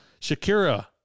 Shakira